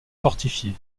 fortifié